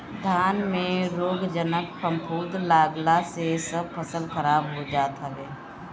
धान में रोगजनक फफूंद लागला से सब फसल खराब हो जात हवे